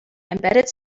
embedded